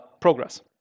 progress